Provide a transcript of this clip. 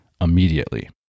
immediately